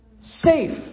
safe